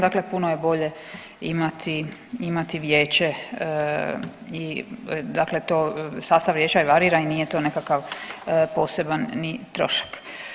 Dakle, puno je bolje imati, imati vijeće i dakle to, sastav vijeća i varira i nije to i nekakav poseban ni trošak.